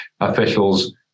officials